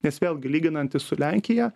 nes vėlgi lyginantis su lenkija